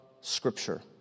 Scripture